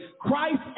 Christ